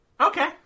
Okay